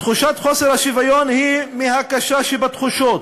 תחושת חוסר השוויון היא מהקשה שבתחושות.